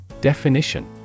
Definition